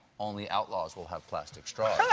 only outlaws will have plastic straus. yeah